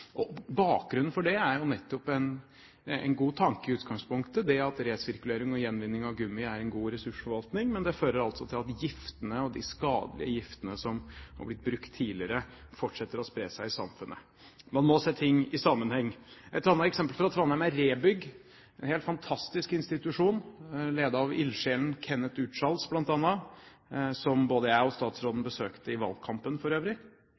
Bakgrunnen for det er nettopp en god tanke i utgangspunktet, det at resirkulering og gjenvinning av gummi er en god ressursforvaltning, men det fører altså til at de skadelige giftene som er blitt brukt tidligere, fortsetter å spre seg i samfunnet. Man må se ting i sammenheng. Et annet eksempel fra Trondheim er ReBygg, en helt fantastisk institusjon ledet av ildsjelen Kenneth Urdshals bl.a., som både statsråden og jeg besøkte i valgkampen for øvrig.